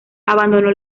abandonó